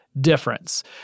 difference